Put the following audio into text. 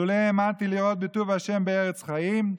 לולא האמנתי לראות בטוּב ה' בארץ חיים.